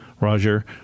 Roger